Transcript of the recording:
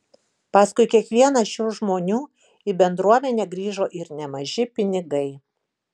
paskui kiekvieną šių žmonių į bendruomenę grįžo ir nemaži pinigai